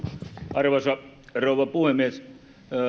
arvoisa rouva puhemies